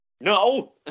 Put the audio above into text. no